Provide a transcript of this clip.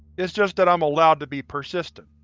it's just that i'm allowed to be persistent.